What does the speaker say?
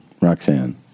roxanne